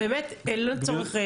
אז באמת אין צורך.